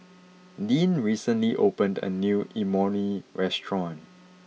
Deeann recently opened a new Imoni restaurant